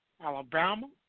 Alabama